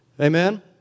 Amen